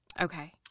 okay